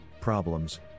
problems